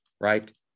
right